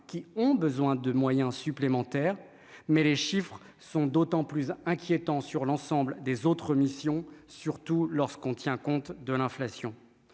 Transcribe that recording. qui ont besoin de moyens supplémentaires, mais les chiffres sont d'autant plus inquiétant sur l'ensemble des autres missions, surtout lorsqu'on tient compte de l'inflation